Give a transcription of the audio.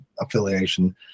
affiliation